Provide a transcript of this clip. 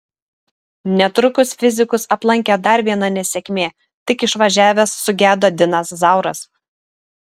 netrukus fizikus aplankė dar viena nesėkmė tik išvažiavęs sugedo dinas zauras